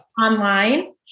online